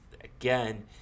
again